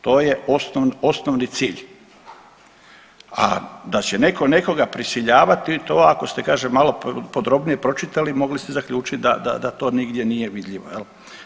To je osnovni cilj, a da će neko nekoga prisiljavati to ako ste kažem malo podrobnije pročitali mogli ste zaključit da, da to nigdje nije vidljivo jel.